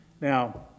now